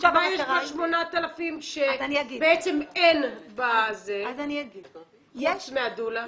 אז מה יש ב-8,000 שבעצם אין בזה, חוץ מהדולה?